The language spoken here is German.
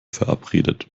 verabredet